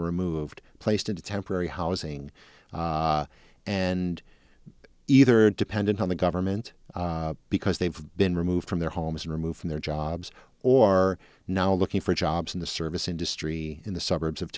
are removed placed into temporary housing and either dependent on the government because they've been removed from their homes and removed from their jobs or are now looking for jobs in the service industry in the suburbs of